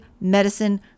medicine